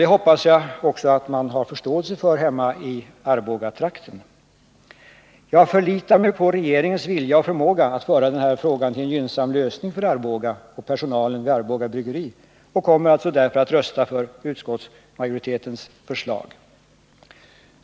Det hoppas jag att man har förståelse för också hemma i Arbogatrakten. Jag förlitar mig på regeringens vilja och förmåga att föra den här frågan till en gynnsam lösning för Arboga och personalen vid Arboga bryggeri, och jag kommer därför att rösta för utskottsmajoritetens förslag. Herr talman!